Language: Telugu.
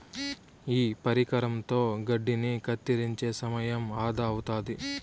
ఈ పరికరంతో గడ్డిని కత్తిరించే సమయం ఆదా అవుతాది